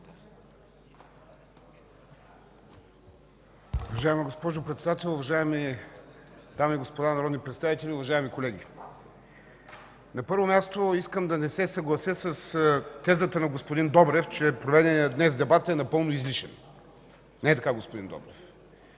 Уважаема госпожо Председател, уважаеми дами и господа народни представители, уважаеми колеги! На първо място искам да не се съглася с тезата на господин Добрев, че проведеният днес дебат е напълно излишен. Не е така, господин Добрев!